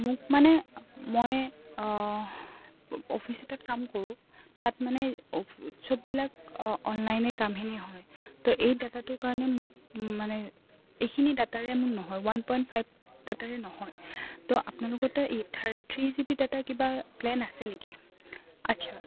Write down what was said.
মোক মানে মই অফিচ এটাত কাম কৰোঁ তাত মানে উৎসৱবিলাক অনলাইনে কামখিনি হয় তো এই ডাটাটোৰ কাৰণে মোক মানে এইখিনি ডাটাৰে মোৰ নহয় ওৱান পইণ্ট ফাইভ ডাটাৰে নহয় তো আপোনালোকৰ তাত এই থাৰ থ্ৰী জি বি ডাটা কিবা প্লেন আছে নেকি আচ্ছা